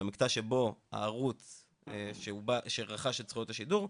במקטע שבו הערוץ שרכש את זכויות השידור,